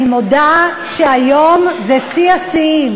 אני מודה שהיום זה שיא השיאים